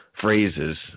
phrases